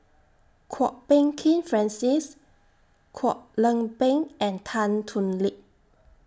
Kwok Peng Kin Francis Kwek Leng Beng and Tan Thoon Lip